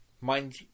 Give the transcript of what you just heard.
mind